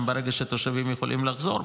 ברגע שתושבים יכולים לחזור,